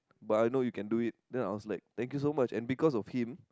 but I know you can do it then I was like thank you so much and because of him